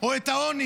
או את העוני,